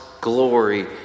glory